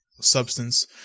substance